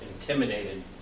intimidated